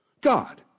God